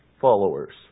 followers